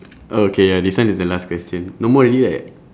okay ya this one is the last question no more already right